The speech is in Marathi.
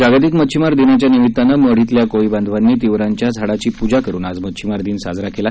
जागतिक मच्छिमार दिनाच्या निमित्तानं मढ श्विल्या कोळी बांधवांनी तिवरांच्या झाडाची पूजा करून आज माश्विमार दिन साजरा केला